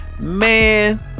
man